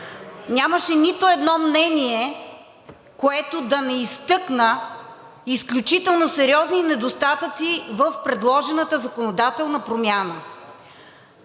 нямаше нито едно мнение, което да не изтъкна изключително сериозни недостатъци в предложената законодателна промяна.